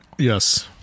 yes